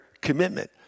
commitment